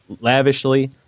lavishly